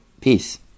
Peace